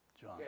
John